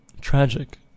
tragic